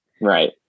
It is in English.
Right